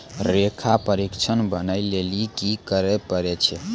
लेखा परीक्षक बनै लेली कि करै पड़ै छै?